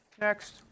Next